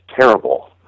terrible